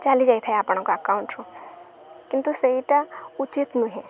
ଚାଲି ଯାଇଥାଏ ଆପଣଙ୍କ ଆକାଉଣ୍ଟରୁ କିନ୍ତୁ ସେଇଟା ଉଚିତ୍ ନୁହେଁ